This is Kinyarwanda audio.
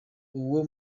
uwo